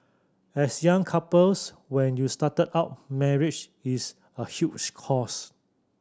as young couples when you started out marriage is a huge cost